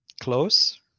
Close